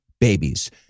babies